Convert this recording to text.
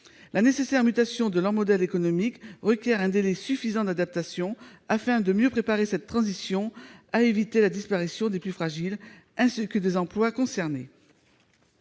La nécessaire mutation de leur modèle économique requiert un délai suffisant d'adaptation afin de mieux préparer cette transition et d'éviter la disparition des plus fragiles, ainsi que des emplois concernés.